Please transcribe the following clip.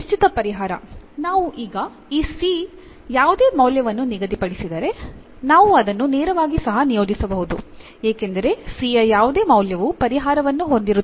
ನಿಶ್ಚಿತ ಪರಿಹಾರ ನಾವು ಈ c ಗೆ ಯಾವುದೇ ಮೌಲ್ಯವನ್ನು ನಿಗದಿಪಡಿಸಿದರೆ ನಾವು ಅದನ್ನು ನೇರವಾಗಿ ಸಹ ನಿಯೋಜಿಸಬಹುದು ಏಕೆಂದರೆ c ಯ ಯಾವುದೇ ಮೌಲ್ಯವು ಪರಿಹಾರವನ್ನು ಹೊಂದಿರುತ್ತದೆ